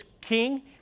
king